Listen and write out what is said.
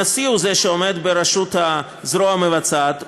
הנשיא הוא שעומד בראשות הזרוע המבצעת,